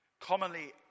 commonly